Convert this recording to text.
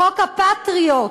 חוק הפטריוט,